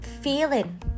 feeling